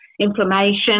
inflammation